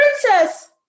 Princess